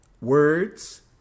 words